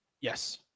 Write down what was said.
Yes